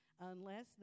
unless